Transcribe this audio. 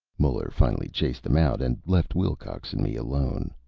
muller finally chased them out, and left wilcox and me alone.